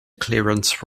clearance